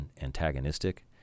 antagonistic